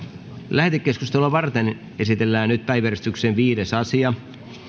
lähetekeskustelua varten esitellään nyt päiväjärjestyksen viides asia